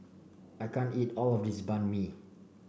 I can't eat all of this Banh Mi